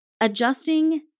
adjusting